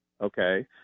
okay